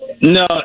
No